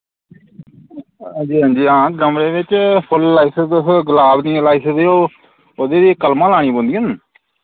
हां जी हां जी हां गमले विच फुल्ल लाई सकदे तुस गुलाब दि'यां लाई सकदे ओ ओह्दी ते कलमां लानी पोंदियां न